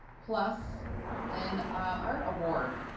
plus an art award.